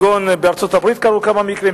בארצות-הברית קרו כמה מקרים,